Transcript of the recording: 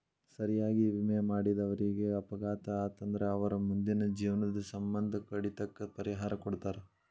ಸರಿಯಾಗಿ ವಿಮೆ ಮಾಡಿದವರೇಗ ಅಪಘಾತ ಆತಂದ್ರ ಅವರ್ ಮುಂದಿನ ಜೇವ್ನದ್ ಸಮ್ಮಂದ ಕಡಿತಕ್ಕ ಪರಿಹಾರಾ ಕೊಡ್ತಾರ್